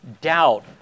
doubt